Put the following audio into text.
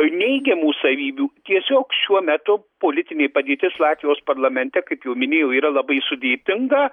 neigiamų savybių tiesiog šiuo metu politinė padėtis latvijos parlamente kaip jau minėjau yra labai sudėtinga